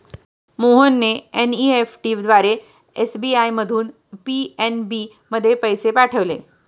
मोहनने एन.ई.एफ.टी द्वारा एस.बी.आय मधून पी.एन.बी मध्ये पैसे पाठवले